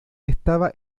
estaba